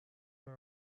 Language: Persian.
کنم